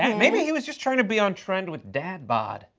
and maybe he was just trying to be on trend with dad bod?